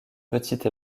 petites